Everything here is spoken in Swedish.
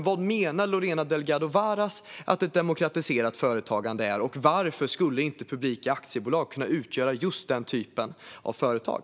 Vad menar Lorena Delgado Varas att ett demokratiserat företagande är? Varför skulle inte publika aktiebolag kunna utgöra just den typen av företag?